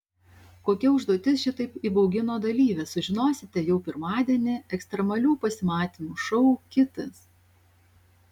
kokia užduotis šitaip įbaugino dalyvę sužinosite jau pirmadienį ekstremalių pasimatymų šou kitas